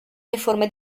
uniforme